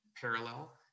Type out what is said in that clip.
parallel